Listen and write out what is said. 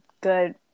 good